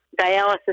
dialysis